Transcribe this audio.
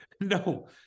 No